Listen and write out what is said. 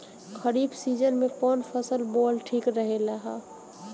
खरीफ़ season में कौन फसल बोअल ठिक रहेला ह?